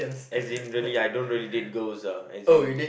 as in really I don't really date girls ah as in